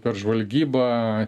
per žvalgybą